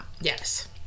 Yes